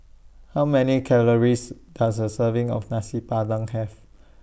How Many Calories Does A Serving of Nasi Padang Have